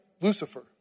Lucifer